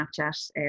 Snapchat